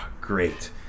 great